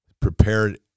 Prepared